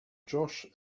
josh